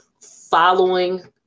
following